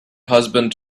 husband